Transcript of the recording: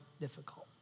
difficult